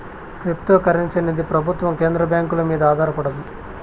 cryptocurrency అనేది ప్రభుత్వం కేంద్ర బ్యాంకుల మీద ఆధారపడదు